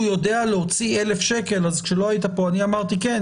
יודע להוציא 1,000 ₪ אז כשלא היית פה אני אמרתי "כן,